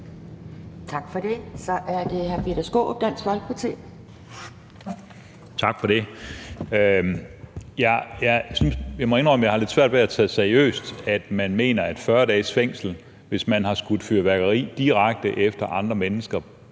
Tak for det. Så er det hr. Peter Skaarup, Dansk Folkeparti. Kl. 11:35 Peter Skaarup (DF): Tak for det. Jeg må indrømme, at jeg har lidt svært ved at tage seriøst, at man mener, at 40 dages fængsel, hvis nogen har skudt fyrværkeri direkte efter andre mennesker,